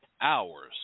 hours